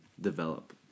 develop